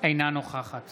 אינה נוכחת